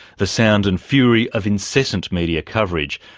the sound and fury of incessant media coverage,